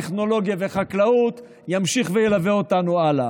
טכנולוגיה וחקלאות ימשיך וילווה אותנו הלאה.